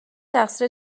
تقصیر